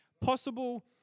possible